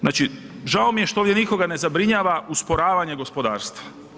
Znači, žao mi je što ovdje nikoga ne zabrinjava usporavanje gospodarstva.